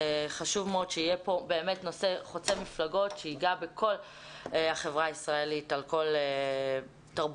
זה נושא חוצה מפלגות שייגע בכל החברה הישראלית על כל תרבויותיה.